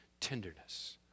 tenderness